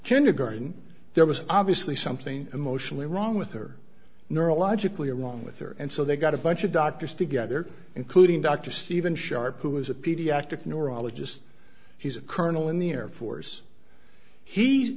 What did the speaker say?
kindergarten there was obviously something emotionally wrong with her neurologically along with her and so they got a bunch of doctors together including dr steven sharp who is a pediatric neurologist he's a colonel in the air force he